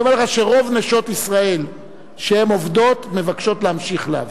אני אומר לך שרוב נשות ישראל שעובדות מבקשות להמשיך לעבוד.